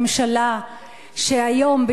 ממשלה שהיום,